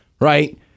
Right